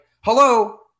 hello